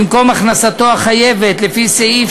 במקום "הכנסתו החייבת לפי סעיף